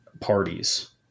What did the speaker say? parties